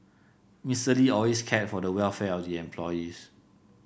Mister Lee always cared for the welfare of the employees